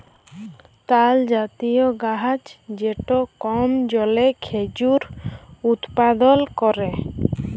তালজাতীয় গাহাচ যেট কম জলে খেজুর উৎপাদল ক্যরে